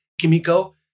Kimiko